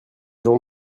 gens